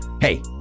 hey